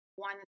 one